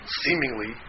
seemingly